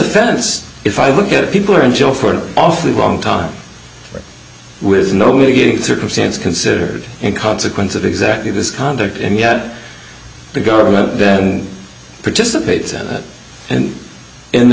offense if i look at people are in jail for an awfully long time with nobody getting circumstance considered in consequence of exactly this conduct and yet the government then participates in it and in the